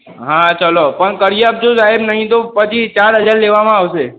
હા ચાલો પણ કરી આપજો સાહેબ નહીં તો પછી ચાર હજાર લેવામાં આવશે